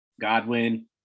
Godwin